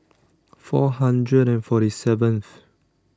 four hundred and forty seventh